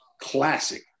classic